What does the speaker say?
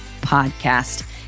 podcast